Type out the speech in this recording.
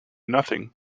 nothing